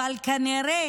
אבל כנראה,